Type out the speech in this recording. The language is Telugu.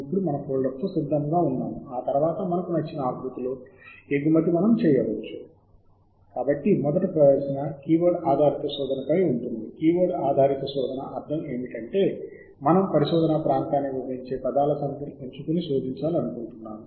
ఎంచుకున్న దాన్ని బట్టి శోధన మొత్తం డేటాబేస్ పై చేయబడుతుంది